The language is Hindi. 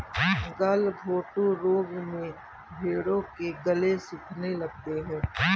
गलघोंटू रोग में भेंड़ों के गले सूखने लगते हैं